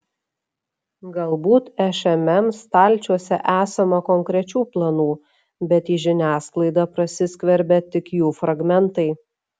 galbūt šmm stalčiuose esama konkrečių planų bet į žiniasklaidą prasiskverbia tik jų fragmentai